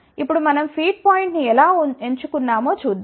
ఇప్పుడు మనం ఫీడ్ పాయింట్ను ఎలా ఎంచుకున్నామో చూద్దాం